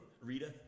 Rita